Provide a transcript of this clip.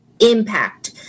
impact